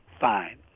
fine